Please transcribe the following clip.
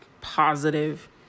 positive